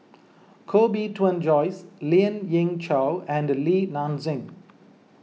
Koh Bee Tuan Joyce Lien Ying Chow and Li Nanxing